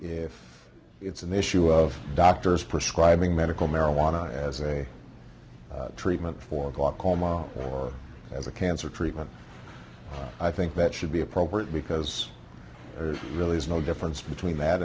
if it's an issue of doctors prescribing medical marijuana as a treatment for glaucoma or as a cancer treatment i think that should be appropriate because there really is no difference between that